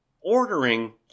ordering